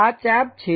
આ ચાપ છે